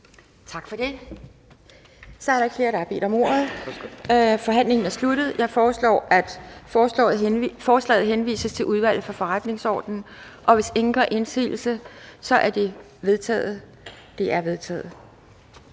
Tak for det. Da der ikke er flere, der har bedt om ordet, er forhandlingen sluttet. Jeg foreslår, at forslaget henvises til Udvalget for Forretningsordenen. Hvis ingen gør indsigelse, er det vedtaget. Det er vedtaget.